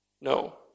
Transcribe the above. No